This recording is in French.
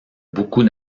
beaucoup